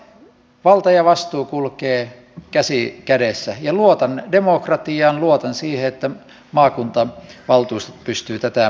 lait valta ja vastuu kulkevat käsi kädessä ja luotan demokratiaan luotan siihen että maakuntavaltuustot pystyvät tätä tehtävää hoitamaan